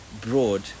broad